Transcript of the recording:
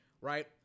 Right